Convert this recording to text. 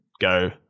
go